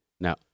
Now